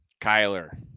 Kyler